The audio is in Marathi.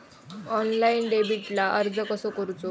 ऑनलाइन डेबिटला अर्ज कसो करूचो?